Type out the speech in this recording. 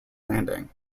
landing